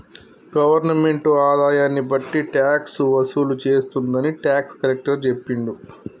government ఆదాయాన్ని బట్టి tax వసూలు చేస్తుందని టాక్స్ కలెక్టర్ చెప్పిండు